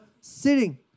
sitting